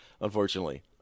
Unfortunately